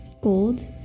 gold